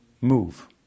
move